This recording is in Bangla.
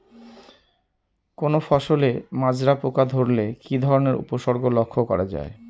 কোনো ফসলে মাজরা পোকা ধরলে কি ধরণের উপসর্গ লক্ষ্য করা যায়?